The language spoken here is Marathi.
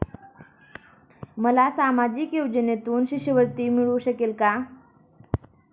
मला सामाजिक योजनेतून शिष्यवृत्ती मिळू शकेल का?